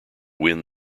win